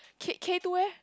K K-two eh